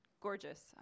gorgeous